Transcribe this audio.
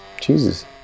Jesus